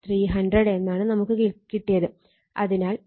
അതിനാൽ N2 300 5